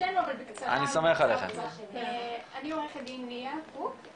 אני עורכת הדיון ליה קוק,